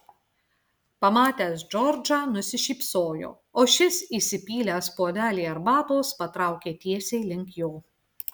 pamatęs džordžą nusišypsojo o šis įsipylęs puodelį arbatos patraukė tiesiai link jo